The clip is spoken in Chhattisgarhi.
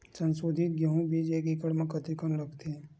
संसोधित गेहूं बीज एक एकड़ म कतेकन लगथे?